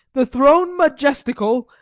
the throne majestical,